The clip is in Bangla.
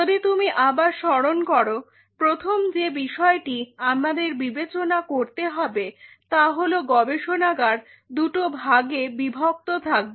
যদি তুমি আবার স্মরণ করো। প্রথম যে বিষয়টি আমাদের বিবেচনা করতে হবে তা হল গবেষণাগার দুটো ভাগে বিভক্ত থাকবে